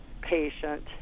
patient